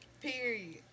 Period